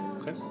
okay